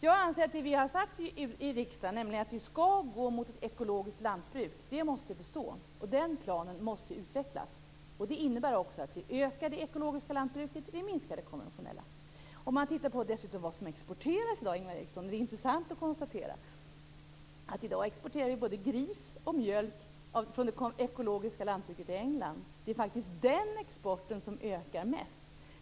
Jag anser att det vi har sagt i riksdagen, nämligen att vi skall gå mot ett ekologiskt lantbruk måste bestå, och den planen måste utvecklas. Det innebär också vi ökar det ekologiska lantbruket och minskar det konventionella. Om man dessutom ser på vad som exporteras i dag, Ingvar Eriksson, är det intressant att konstatera att vi i dag exporterar både gris och mjölk från det ekologiska lantbruket i England. Det är faktiskt denna export som ökar mest.